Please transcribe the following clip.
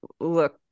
look